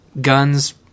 guns